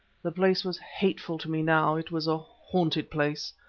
the place was hateful to me now it was a haunted place.